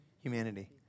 humanity